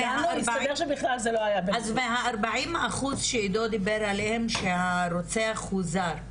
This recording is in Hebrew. אז מה- 40% שעידו דיבר עליהם שהרוצח הוא זר,